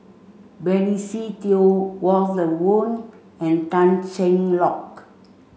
Benny Se Teo Walter Woon and Tan Cheng Lock